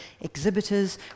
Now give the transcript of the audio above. exhibitors